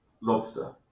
Lobster